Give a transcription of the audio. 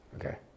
Okay